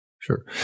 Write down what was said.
sure